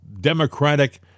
Democratic